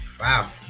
Wow